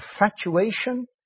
infatuation